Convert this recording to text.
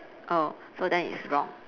oh so then it's wrong